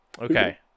Okay